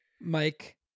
Mike